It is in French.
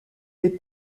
des